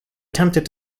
attempted